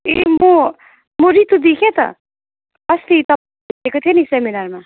ए म म रितु दि के त अस्ति तप् भेटेको थेँ नि सेमिनारमा